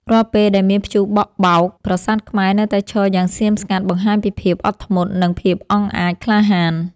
រាល់ពេលដែលមានព្យុះបក់បោក ប្រាសាទខ្មែរនៅតែឈរយ៉ាងស្ងៀមស្ងាត់បង្ហាញពីភាពអត់ធ្មត់ និង ភាពអង់អាចក្លាហាន។